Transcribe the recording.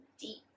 deep